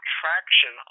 traction